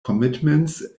commitments